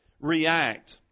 React